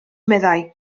meddai